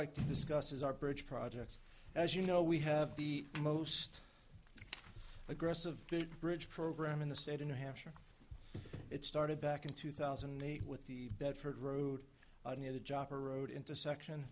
like to discuss is our bridge projects as you know we have the most aggressive big bridge program in the state in new hampshire it started back in two thousand and eight with the bedford road i need a job or road intersection